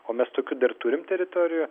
o mes tokių dar turim teritorijų